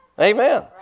Amen